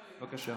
בבקשה.